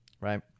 right